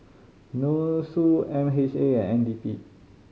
NUSSU M H A and N D P